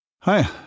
Hi